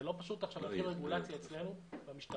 זה לא פשוט עכשיו להתחיל רגולציה אצלנו במשטרה.